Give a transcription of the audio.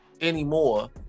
anymore